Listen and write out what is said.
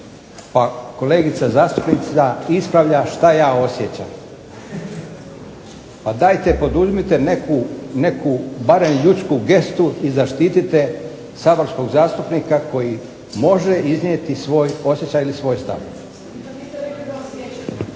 Pa kolegica zastupnica ispravlja šta ja osjećam. Pa dajte poduzmite neku barem ljudsku gestu i zaštitite saborskog zastupnika koji može iznijeti svoj osjećaj ili svoj stav.